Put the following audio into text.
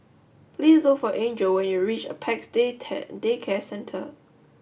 please look for Angel when you reach Apex Day Day Care Centre